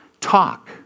talk